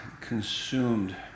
consumed